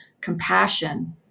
compassion